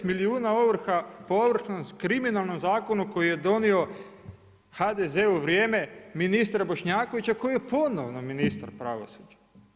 10 milijuna ovrha po Ovršnom, kriminalnom zakonu koji je donio HDZ u vrijeme ministra Bošnjakovića koji je ponovno ministar pravosuđa.